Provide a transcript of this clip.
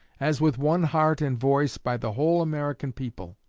as with one heart and voice, by the whole american people.